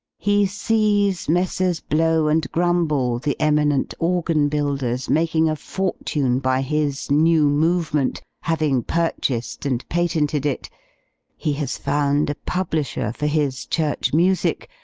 he sees messrs. blow and grumble, the eminent organ-builders, making a fortune by his new movement having purchased and patented it he has found a publisher for his church music,